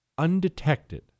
undetected